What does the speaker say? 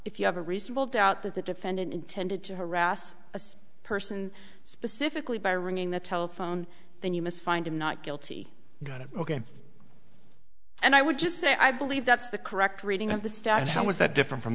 if you have a reasonable doubt that the defendant intended to harass a person specifically by ringing the telephone then you must find him not guilty ok and i would just say i believe that's the correct reading of the status how is that different from